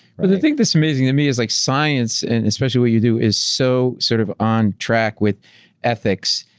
well the thing that's amazing to me is like science, and especially what you do, is so sort of on track with ethics.